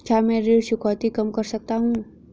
क्या मैं ऋण चुकौती कम कर सकता हूँ?